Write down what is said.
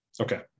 Okay